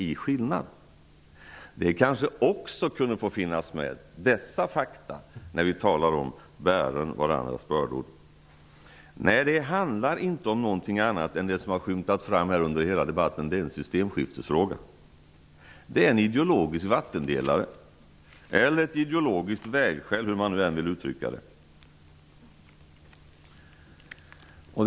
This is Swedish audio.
Dessa faktum kan kanske också få finnas med när vi talar om att vi skall skall bära varandras bördor? Det handlar inte om någonting annat än det som har skymtat fram här under hela debatten: det är en systemskiftesfråga. Det är en ideologisk vattendelare eller ett ideologiskt vägskäl, om man vill uttrycka det så.